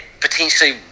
potentially